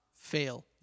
fail